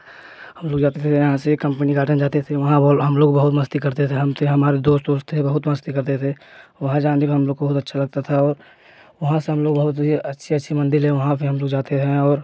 हम लोग जाते थे यहाँ से कंपनी गार्डेन जाते थे वहाँ वे हम लोग बहुत मस्ती करते थे हम थे हमारे दोस्त वोस्त थे बहुत मस्ती करते थे वहाँ जानगे हम लोगों को अच्छा लगता था और वहाँ से हम बहुत ही अच्छी अच्छी मंदिरे वहाँ भी हम लोग जाते हैं और